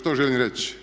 Što želim reći?